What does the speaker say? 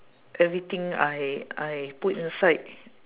everything I I put inside